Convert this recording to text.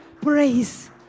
praise